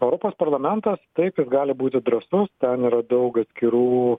europos parlamentas taip jis gali būti drąsus ten yra daug atskirų